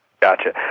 Gotcha